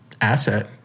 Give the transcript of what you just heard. asset